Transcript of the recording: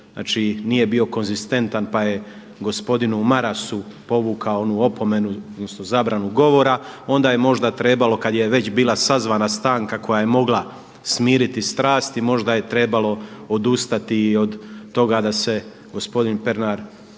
nije bio konzistentan pa je gospodinu Marasu povukao onu opomenu odnosno zabranu govora onda je možda trebalo kad je već bila sazvana stanka koja je mogla smiriti strasti možda je trebalo odustati i od toga da se gospodin Pernar izbaci